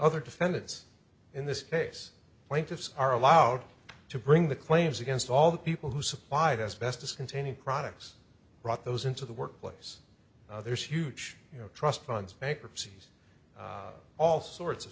other defendants in this case plaintiffs are allowed to bring the claims against all the people who supplied as best as containing products brought those into the workplace there's huge you know trust funds bankruptcy's all sorts of